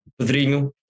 Pedrinho